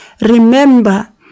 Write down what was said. Remember